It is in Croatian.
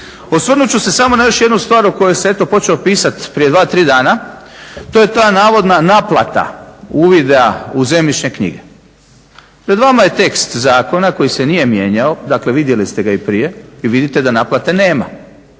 Osvrnut ću se samo na još jednu stvar o kojoj se eto počelo pisati prije dva, tri dana. To je ta navodna naplata uvida u zemljišne knjige. Pred vama je tekst zakona koji se nije mijenjao, dakle vidjeli ste ga i prije i vidite da naplate nema